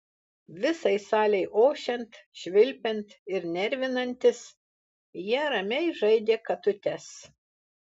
visai salei ošiant švilpiant ir nervinantis jie ramiai žaidė katutes